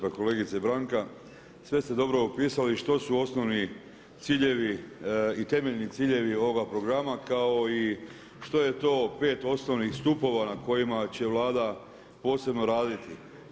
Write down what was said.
Pa kolegice Branka, sve ste dobro opisali što su osnovni ciljevi i temeljni ciljevi ovoga programa kao i što je to pet osnovnih stupova na kojima će Vlada posebno raditi.